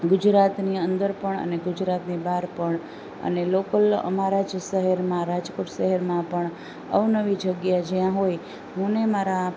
ગુજરાતની અંદર પણ અને ગુજરાતની બહાર પણ અને લોકલ અમારા જ શહેરમાં રાજકોટ શહેરમાં પણ અવનવી જગ્યા જયાં હોય હુંને મારા